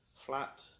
flat